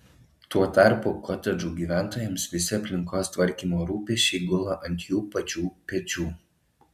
tuo tarpu kotedžų gyventojams visi aplinkos tvarkymo rūpesčiai gula ant jų pačių pečių